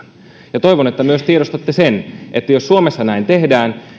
ja toivon että tiedostatte myös sen että jos suomessa näin tehdään